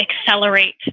accelerate